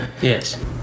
yes